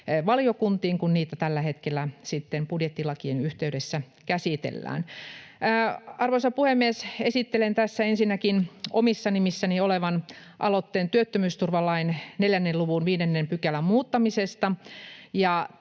valiokuntiin, kun niitä tällä hetkellä sitten budjettilakien yhteydessä käsitellään. Arvoisa puhemies! Esittelen tässä ensinnäkin omissa nimissäni olevan aloitteen työttömyysturvalain 4 luvun 5 §:n muuttamisesta.